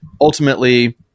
ultimately